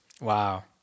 Wow